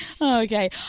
okay